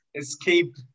escape